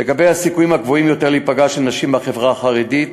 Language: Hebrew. לגבי הסיכויים הגבוהים יותר להיפגע של נשים בחברה החרדית,